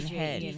head